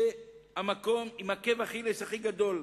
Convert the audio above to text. זה המקום עם עקב אכילס הכי גדול,